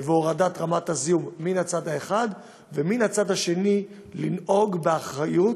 הורדת רמת הזיהום, ומצד שני לנהוג באחריות